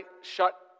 shut